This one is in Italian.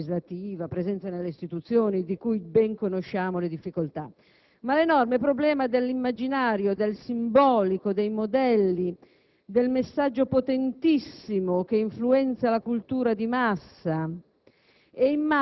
legislativa, della presenza nelle istituzioni di cui ben conosciamo le difficoltà, ma anche dell'immaginario, del simbolico, dei modelli e del messaggio potentissimo che influenza la cultura di massa.